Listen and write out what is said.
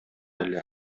эле